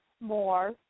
more